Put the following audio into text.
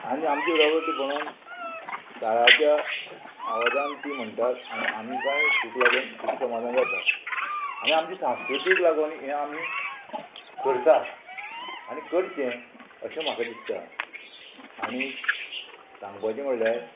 आनी आमची बरोबर ती म्हणून ताळाच्या आवाजान ती म्हणटात आनी आमी कांय सुख लागून सुख समाधान जाता आनी आमची सांस्कृतीक लागून हे आमी करता आनी करचे अशें म्हाका दिसता आनी सांगपाचें म्हणल्यार